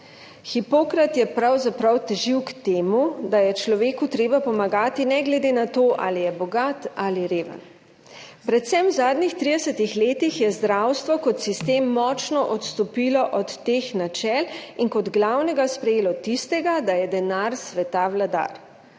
Hipokrat je pravzaprav težil k temu, da je človeku treba pomagati, ne glede na to, ali je bogat ali reven. Predvsem v zadnjih 30 letih je zdravstvo kot sistem močno odstopilo od teh načel in kot glavnega sprejelo tistega, da je denar sveta vladar.